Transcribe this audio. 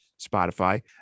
Spotify